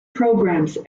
programs